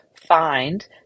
find